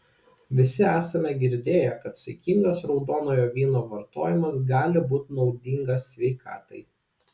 visi esame girdėję kad saikingas raudonojo vyno vartojimas gali būti naudingas sveikatai